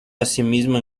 asimismo